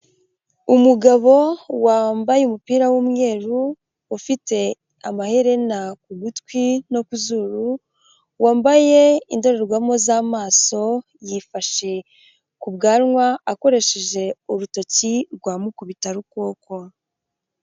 Umugabo wambaye umupira w'umweru, ufite amaherena ku gutwi no ku zuru, wambaye indorerwamo z'amaso, yifashe ku bwanwa akoresheje urutoki rwa mukubitarukoko.